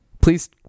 Please